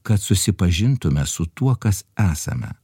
kad susipažintume su tuo kas esame